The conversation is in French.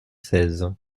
seize